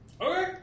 Okay